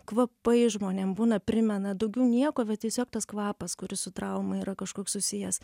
kvapai žmonėm būna primena daugiau nieko va tiesiog tas kvapas kuris su trauma yra kažkoks susijęs